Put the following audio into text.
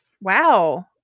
Wow